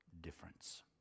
difference